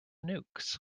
nukes